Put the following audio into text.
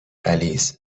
غلیظ